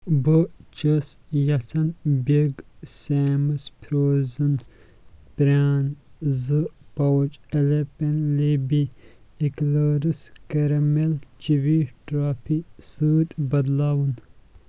بہٕ چھس یژھان بِگ سیمز فرٛوزٕن پرٛان زٕ پاوٕچ Alpenliebe Eclairs caramel chewy toffee سۭتۍ بدلاوُن